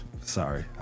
sorry